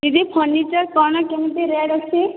ଦିଦି ଫର୍ଣ୍ଣିଚର କ'ଣ କେମିତି ରେଟ୍ ଅଛି